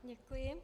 Děkuji.